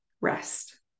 rest